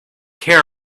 care